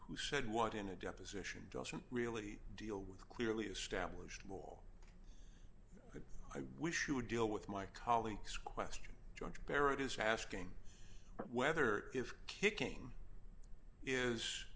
who said what in a deposition doesn't really deal with clearly established i wish you would deal with my colleagues question judge barrett is asking whether if kicking is